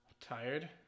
Tired